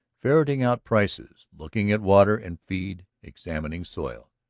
ferreting out prices, looking at water and feed, examining soil.